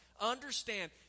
understand